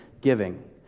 giving